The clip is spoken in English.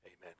Amen